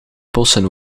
bossen